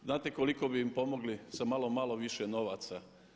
Znate koliko bi im pomogli sa malo, malo više novaca?